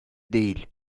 değil